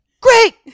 great